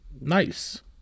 Nice